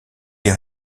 des